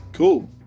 Cool